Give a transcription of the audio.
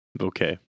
Okay